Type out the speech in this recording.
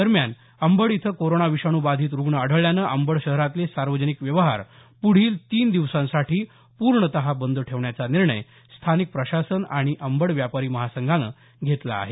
दरम्यान अंबड इथं कोरोना विषाणू बाधित रुग्ण आढळल्यानं अंबड शहरातले सार्वजनिक व्यवहार पुढील तीन दिवसांसाठी पूर्णत बंद ठेवण्याचा निर्णय स्थानिक प्रशासन आणि अंबड व्यापारी महासंघानं घेतला आहे